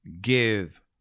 give